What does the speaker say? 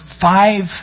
five